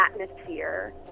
atmosphere